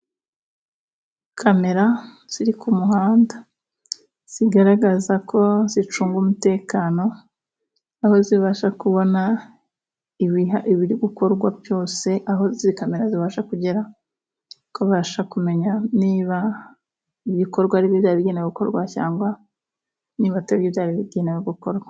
Kamera ziri ku muhanda zigaragaza ko zicunga umutekano, aho zibasha kubona ibiri gukorwa byose. Aho izi kamera zibasha kugera kubasha kumenya niba ibikorwa ari ibi bigenewe gukorwa cyangwa niba atari byo byari bigenewe gukorwa.